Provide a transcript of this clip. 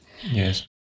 Yes